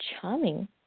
Charming